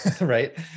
right